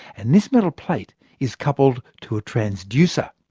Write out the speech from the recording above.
and this metal plate is coupled to a transducer.